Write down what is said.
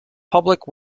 public